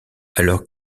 alors